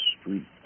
street